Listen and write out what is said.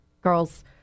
girls